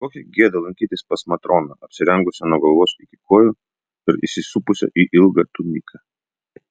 kokia gėda lankytis pas matroną apsirengusią nuo galvos iki kojų ir įsisupusią į ilgą tuniką